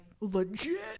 legit